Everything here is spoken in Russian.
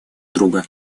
друга